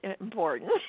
important